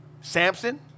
Samson